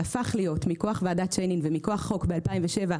והפך להיות מכוח ועדת שיינין ומכוח חוק ב-2007,